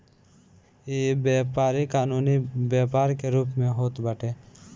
इ व्यापारी कानूनी व्यापार के रूप में होत बाटे